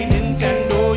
Nintendo